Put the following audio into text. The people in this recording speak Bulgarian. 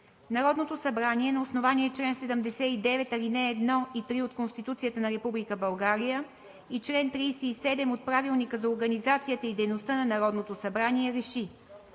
„Народното събрание на основание чл. 79, ал. 1 и 3 от Конституцията на Република България и чл. 37 от Правилника за организацията и дейността на Народното събраниеРЕШИ: